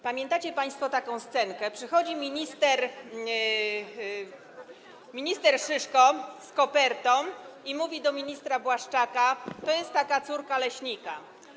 Pamiętacie państwo taką scenkę, przychodzi minister Szyszko z kopertą i mówi do ministra Błaszczaka: to jest taka córka leśnika.